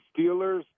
Steelers